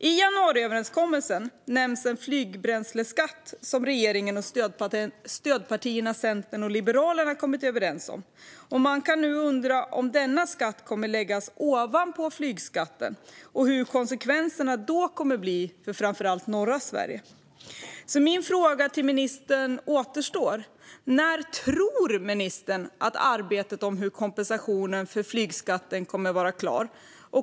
I januariöverenskommelsen nämns en flygbränsleskatt som regeringen och stödpartierna Centern och Liberalerna kommit överens om. Man kan nu undra om denna skatt kommer att läggas ovanpå flygskatten och hur konsekvenserna då kommer att bli för framför allt norra Sverige. Min fråga till ministern kvarstår. När tror ministern att arbetet om kompensationen för flygskatten kommer vara klart?